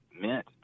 meant